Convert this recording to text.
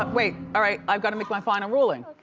um wait, alright, i've gotta make my final ruling.